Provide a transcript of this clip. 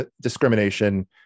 discrimination